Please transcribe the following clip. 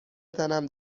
تنم